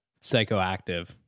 psychoactive